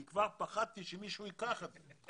כי כבר פחדתי שמישהו ייקח לי את המקום.